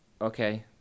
okay